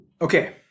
Okay